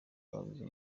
babuze